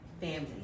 family